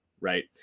right